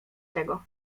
tego